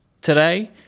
Today